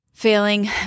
Failing